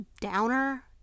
downer